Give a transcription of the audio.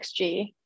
XG